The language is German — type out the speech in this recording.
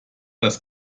das